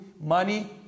money